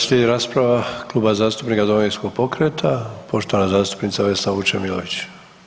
Slijedi rasprava Kluba zastupnika Domovinskog pokreta, poštovana zastupnica Vesna Vučemilović.